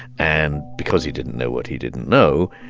and because he didn't know what he didn't know,